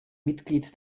mitglied